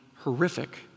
Horrific